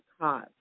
cause